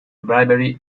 bribery